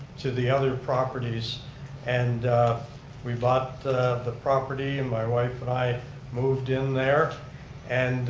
to the other properties and we bought the property and my wife and i moved in there and